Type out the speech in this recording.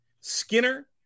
skinner